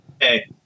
Hey